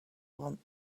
want